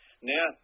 now